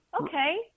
Okay